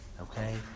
Okay